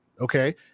okay